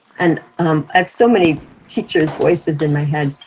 and um i've so many teachers' voices in my head.